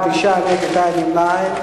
התש"ע 2010,